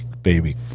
baby